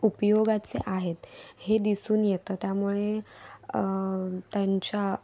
उपयोगाचे आहेत हे दिसून येतं त्यामुळे त्यांच्या